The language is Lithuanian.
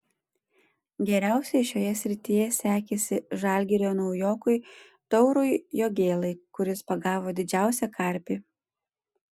geriausiai šioje srityje sekėsi žalgirio naujokui taurui jogėlai kuris pagavo didžiausią karpį